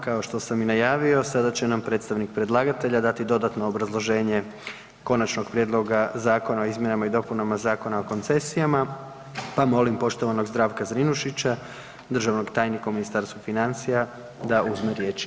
Kao što sam i najavio, sada će nam predstavnik predlagatelja dati dodatno obrazloženje Konačnog prijedloga zakona o izmjenama i dopunama Zakona o koncesijama, pa molim poštovanog Zdravka Zrinušića, državnog tajnika u Ministarstvu financija da uzme riječ.